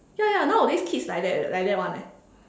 ya ya nowadays kids like that like that one eh